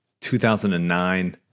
2009